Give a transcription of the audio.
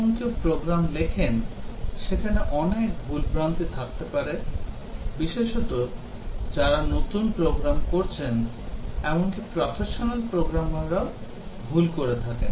যখন কেউ প্রোগ্রাম লেখেন সেখানে অনেক ভুল ভ্রান্তি থাকতে পারে বিশেষত যারা নতুন প্রোগ্রাম করছেন এমনকি প্রফেশনাল প্রোগ্রামাররাও ভুল করে থাকেন